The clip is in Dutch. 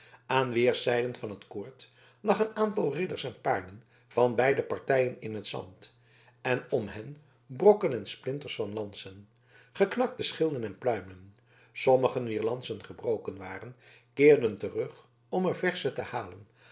aan weerszijden van het koord lag een aantal ridders en paarden van beide partijen in het zand en om hen brokken en splinters van lansen geknakte schilden en pluimen sommigen wier lansen gebroken waren keerden terug om er versche te halen